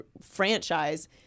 franchise